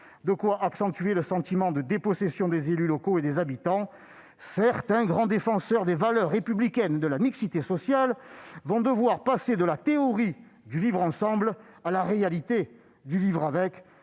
de quoi accentuer le sentiment de dépossession des élus locaux et des habitants. Certains grands défenseurs des valeurs républicaines de la mixité sociale vont devoir passer de la théorie du vivre ensemble à la réalité du « vivre avec